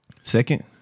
Second